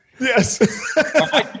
Yes